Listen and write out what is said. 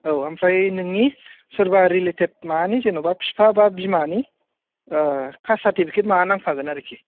औ ओमफ्राय नोंनि सोरबा रेलेटेड माबानि जेनेबा बिफा बा बिमानि कास्ट सारटिपिकेट माबा नांफागोन आरखि